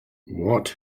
what